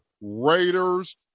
Raiders